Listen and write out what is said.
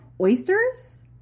oysters